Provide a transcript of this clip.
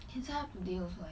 can sign up today also eh